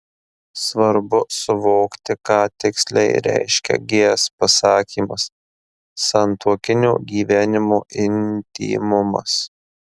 svarbu suvokti ką tiksliai reiškia gs pasakymas santuokinio gyvenimo intymumas